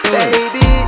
Baby